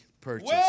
purchase